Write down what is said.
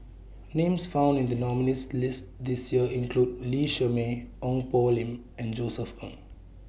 Names found in The nominees' list This Year include Lee Shermay Ong Poh Lim and Josef Ng